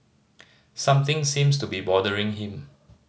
something seems to be bothering him